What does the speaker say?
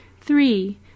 Three